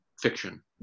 fiction